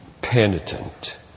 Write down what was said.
penitent